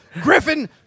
Griffin